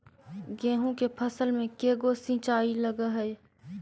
गेहूं के फसल मे के गो सिंचाई लग हय?